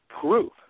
proof